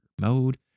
mode